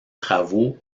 travaux